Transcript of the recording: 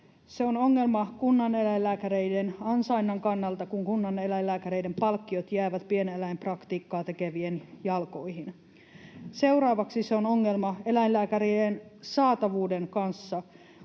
Se on ongelma kunnaneläinlääkäreiden ansainnan kannalta, kun kunnaneläinlääkäreiden palkkiot jäävät pieneläinpraktiikkaa tekevien jalkoihin. Seuraavaksi se on ongelma eläinlääkärien saatavuuden kanssa,